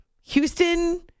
Houston